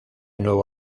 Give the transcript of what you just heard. nuevo